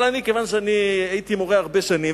אבל כיוון שהייתי מורה הרבה שנים,